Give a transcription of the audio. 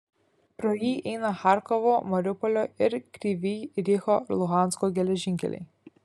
pro jį eina charkovo mariupolio ir kryvyj riho luhansko geležinkeliai